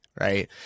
right